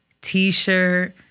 T-shirt